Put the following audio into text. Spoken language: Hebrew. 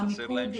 חסר להם שלא.